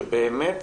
שבאמת